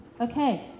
Okay